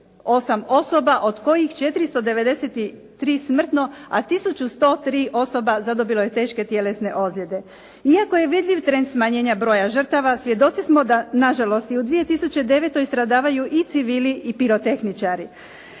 888 osoba, od kojih 493 smrtno, a tisuću 103 osoba zadobilo je teške tjelesne ozljede. Iako je vidljiv trend smanjenja broja žrtava, svjedoci smo da na žalost i u 2009. stradavaju i civili i pirotehničari.